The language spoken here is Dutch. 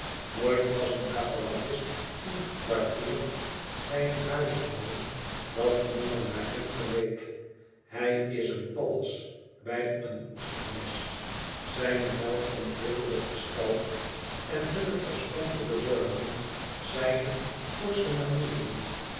nooit was een cavalerist ingekwartierd bij een huishouden dat minder naar hem geleek hij is een pallas bij een oestermes zijne wel ontwikkelde gestalte en hunne verschrompelde vormen zijne forsche manieren